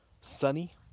sunny